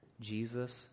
Jesus